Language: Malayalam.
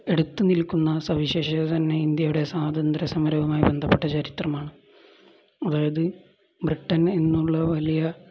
എടുത്തുനിൽക്കുന്ന സവിശേഷത തന്നെ ഇന്ത്യയുടെ സ്വാതന്ത്ര്യ സമരവുമായി ബന്ധപ്പെട്ട ചരിത്രമാണ് അതായത് ബ്രിട്ടൻ എന്നുള്ള വലിയ